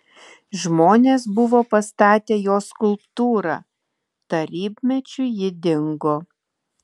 žmonės buvo pastatę jos skulptūrą tarybmečiu ji dingo